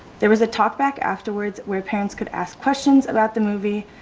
there was a talk back afterwards where parents could ask questions about the movie.